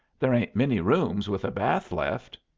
there ain't many rooms with a bath left.